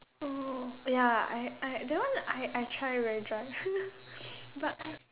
oh ya I I that one I I try very dry but